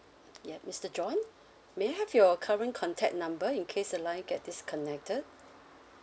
yup mister john may I have your current contact number in case the line get disconnected